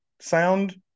sound